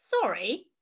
Sorry